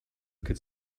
could